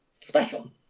special